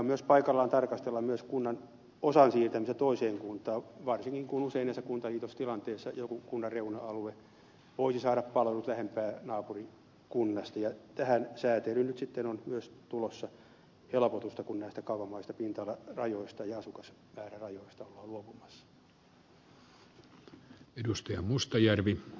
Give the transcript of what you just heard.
on paikallaan tarkastella myös kunnan osan siirtämistä toiseen kuntaan varsinkin kun usein näissä kuntaliitostilanteissa jokin kunnan reuna alue voisi saada palvelut lähempää naapurikunnasta ja tähän säätelyyn nyt sitten on tulossa helpotusta kun näistä kaavamaisista pinta alarajoista ja asukasmäärärajoista ollaan luopumassa